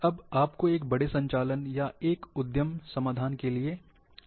अब आप एक बड़े संचालन या एक उद्यम समाधान के लिए जा है